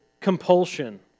compulsion